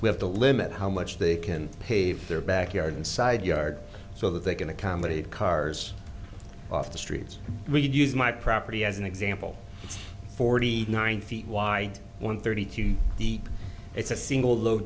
we have to limit how much they can pave their backyard side yard so that they can accommodate cars off the streets we could use my property as an example forty nine feet wide one thirty to the it's a single low